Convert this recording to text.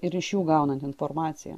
ir iš jų gaunant informaciją